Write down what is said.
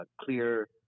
clear